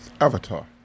Avatar